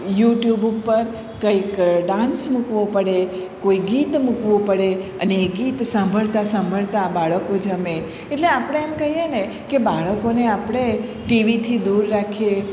YouTube ઉપર કંઇક dance મૂકવો પડે કોઈ ગીત મૂકવું પડે અને એ ગીત સાંભળતા સાંભળતા આ બાળકો જમે એટલે આપણે એમ કહીએ ને કે બાળકોને આપણે ટીવીથી દૂર રાખીએ